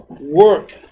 work